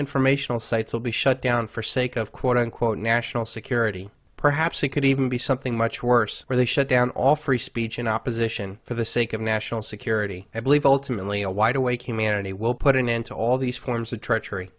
informational sites will be shut down for sake of quote unquote national security perhaps we could even be something much worse where they shut down all free speech in opposition for the sake of national security i believe ultimately a wide awake humanity will put an end to all these forms of trea